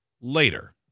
later